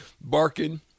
barking